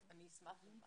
אני אשמח.